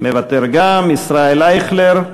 גם מוותר, ישראל אייכלר,